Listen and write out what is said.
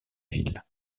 ville